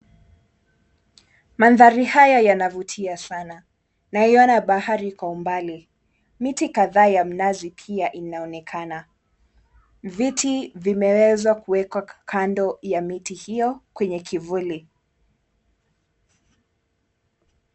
Mandhari haya yanavutia sana. Naiona bahari kwa umbali. Miti kadhaa ya mnazi pia inaonekana. Viti vimeweza kuwekwa kando ya miti hiyo kwenye kivuli.